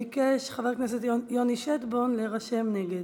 ביקש חבר הכנסת יוני שטבון להירשם נגד.